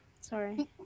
Sorry